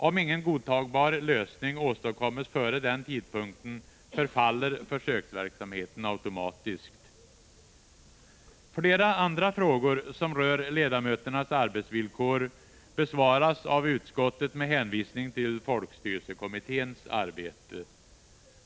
Om ingen godtagbar lösning åstadkoms före den tidpunkten förfaller försöksverksamheten automatiskt. Flera andra frågor som rör ledamöternas arbetsvillkor besvaras av utskottet med hänvisning till folkstyrelsekommitténs arbete.